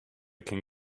can